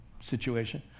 situation